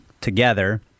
together